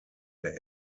der